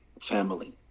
family